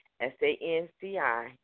S-A-N-C-I